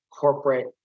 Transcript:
corporate